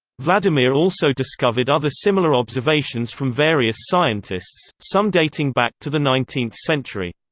vladimir also discovered other similar observations from various scientists, some dating back to the nineteenth century.